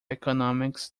economics